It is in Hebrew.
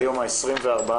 היום ה- 24.11,